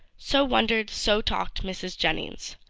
so wondered, so talked mrs. jennings.